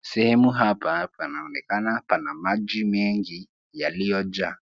Sehemu hapa panaonekana pana maji mengi yaliyojaa.